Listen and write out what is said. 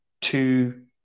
two